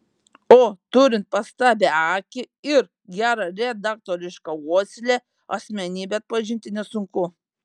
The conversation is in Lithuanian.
o turint pastabią akį ir gerą redaktorišką uoslę asmenybę atpažinti nesunku